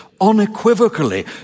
unequivocally